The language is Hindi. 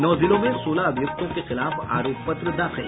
नौ जिलों में सोलह अभियुक्तों के खिलाफ आरोप पत्र दाखिल